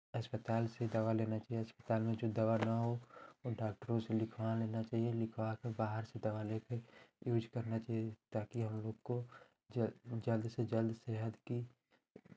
अस्पताल से दवा लेना चाहिए अस्पताल में जो दवा ना हो वो डाक्टरों से लिखवा लेना चाहिए लिखवा के बाहर से दवा लेके यूज़ करना चाहिए ताकि हम लोग को ज जल्द से जल्द सेहत की